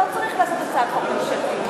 לא צריך לעשות הצעת חוק ממשלתית.